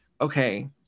okay